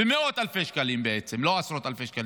מאות אלפי שקלים בעצם, לא עשרות אלפי שקלים.